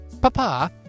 Papa